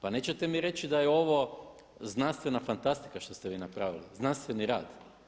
Pa nećete mi reći da je ovo znanstvena fantastika što ste vi napravili, znanstveni rad.